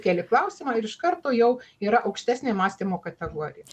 keli klausimą ir iš karto jau yra aukštesnė mąstymo kategorija